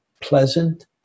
pleasant